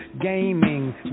gaming